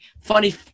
Funny